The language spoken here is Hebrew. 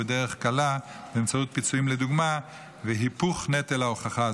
בדרך קלה באמצעות פיצויים לדוגמה והיפוך נטל ההוכחה,